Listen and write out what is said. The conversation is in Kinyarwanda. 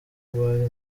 bari